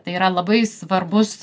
tai yra labai svarbus